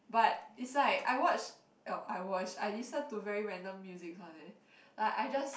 but is like I watch I watch I listen to very random music ones eh like I just